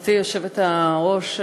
גברתי היושבת-ראש,